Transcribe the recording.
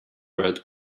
red